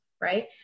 right